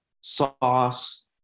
sauce